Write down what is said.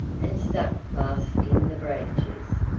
and stuck fast in the branches,